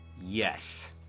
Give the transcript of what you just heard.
Yes